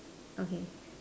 okay